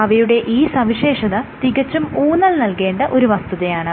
അവയുടെ ഈ സവിശേഷത തികച്ചും ഊന്നൽ നല്കേണ്ട ഒരു വസ്തുതയാണ്